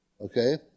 Okay